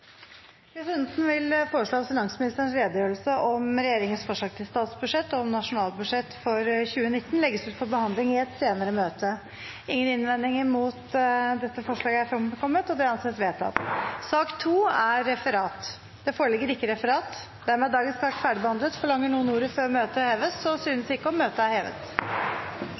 Presidenten vil foreslå at finansministerens redegjørelse om regjeringens forslag til statsbudsjett og om nasjonalbudsjettet for 2019 legges ut til behandling i et senere møte. – Ingen innvendinger har kommet mot dette, og det anses vedtatt. Det foreligger ikke noe referat. Dermed er dagens kart ferdigbehandlet. Forlanger noen ordet før møtet heves? – Så synes ikke, og møtet er